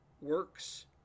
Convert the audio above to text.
works